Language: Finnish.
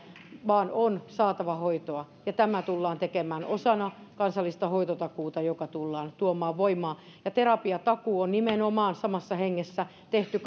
vaan on saatava hoitoa ja tämä tullaan tekemään osana kansallista hoitotakuuta joka tullaan tuomaan voimaan ja terapiatakuu on nimenomaan samassa hengessä tehty